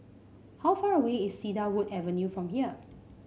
how far away is Cedarwood Avenue from here